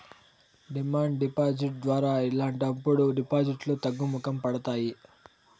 demand deposit ద్వారా ఇలాంటప్పుడు డిపాజిట్లు తగ్గుముఖం పడతాయి